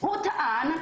הוא טען,